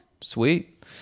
sweet